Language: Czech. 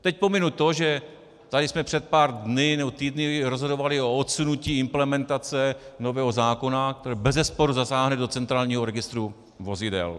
Teď pominu to, že tady jsme před pár dny nebo týdny rozhodovali o odsunutí implementace nového zákona, který bezesporu zasáhne do centrálního registru vozidel.